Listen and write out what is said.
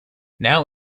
now